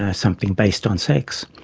ah something based on sex.